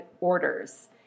orders